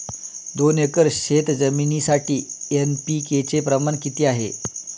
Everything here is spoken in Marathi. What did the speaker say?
दोन एकर शेतजमिनीसाठी एन.पी.के चे प्रमाण किती आहे?